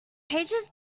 pages